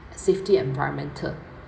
safety environmental